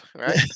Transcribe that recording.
Right